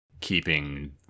keeping